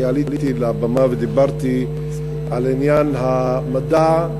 אני עליתי לבמה ודיברתי על עניין המדע,